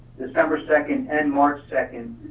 december second and march second,